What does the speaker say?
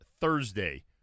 Thursday